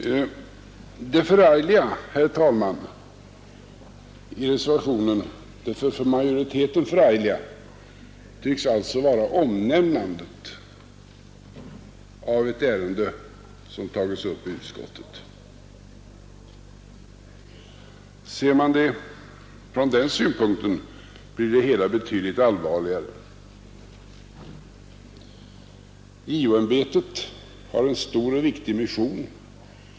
Det för majoriteten förargliga i reservationen tycks alltså vara omnämnandet av ett ärende, som tagits upp i utskottet. Ser man frågan från den synpunkten, blir det hela betydligt allvarligare. JO-ämbetet har en stor och viktig mission.